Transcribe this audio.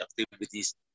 activities